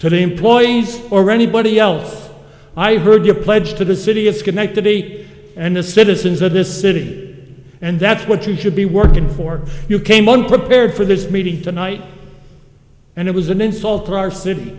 to the employees or anybody else i heard your pledge to the city of schenectady and the citizens of this city and that's what you should be working for you came unprepared for this meeting tonight and it was an insult to our city